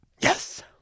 Yes